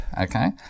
Okay